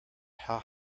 how